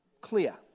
clear